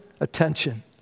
attention